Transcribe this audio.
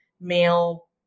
male